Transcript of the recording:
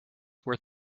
worth